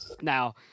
Now